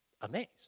amazed